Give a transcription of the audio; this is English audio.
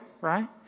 right